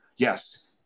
Yes